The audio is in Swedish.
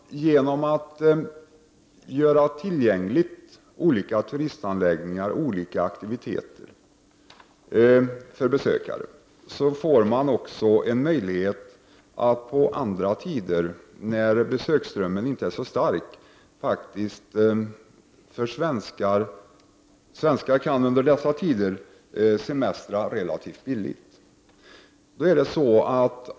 Genom att göra olika turistanläggningar och olika turistaktiviteter tillgängliga för besökare under tider då besöksströmmen inte är så stark, kan svenskar under dessa tider semestra relativt billigt.